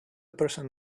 person